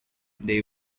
they